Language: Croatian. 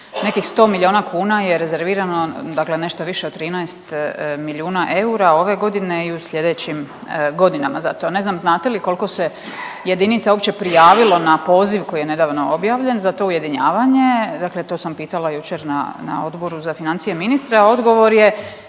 nekih sto milijuna kuna je rezervirano, dakle nešto više od 13 milijuna eura ove godine i u sljedećim godinama za to. Ne znam znate li koliko se jedinica uopće prijavilo na poziv koji je nedavno objavljen za to ujedinjavanje. Dakle, to sam pitala jučer na Odboru za financije ministra. Odgovor je